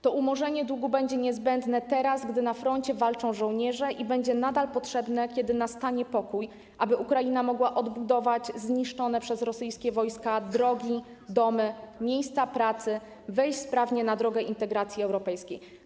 To umorzenie długu będzie niezbędne teraz, gdy żołnierze walczą na froncie, i będzie nadal potrzebne, kiedy nastanie pokój, aby Ukraina mogła odbudować zniszczone przez rosyjskie wojska drogi, domy, miejsca pracy, by mogła sprawnie wejść na drogę integracji europejskiej.